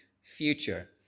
future